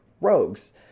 rogues